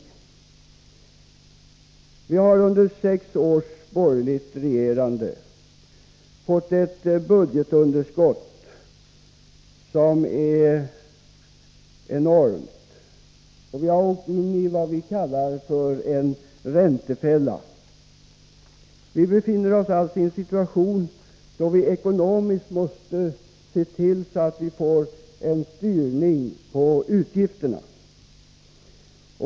Vi har under sex års borgerligt regerande fått ett budgetunderskott som är enormt, och vi har åkt in i vad vi kallar för en räntefälla. Vi befinner oss alltså i en sådan ekonomisk situation att vi måste se till att få en styrning på utgifterna.